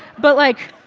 but, like,